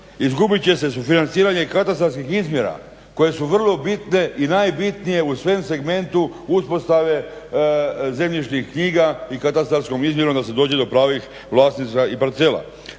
izgubit će se sufinanciranje katastarskih izmjera koje su vrlo bitne i najbitnije u svem segmentu uspostave zemljišnih knjiga i katastarskom izmjerom da se dođe do pravih vlasništva i parcela.